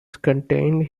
contained